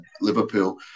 Liverpool